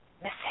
missing